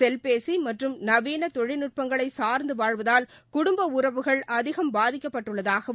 செல்பேசிமற்றும் நவீனதொழில்நுட்பங்களைசாா்ந்துவாழ்வதால் குடும்பஉறவுகள் அதிகம் பாதிக்கப்பட்டுள்ளதாகவும்